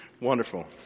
Wonderful